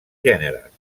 gèneres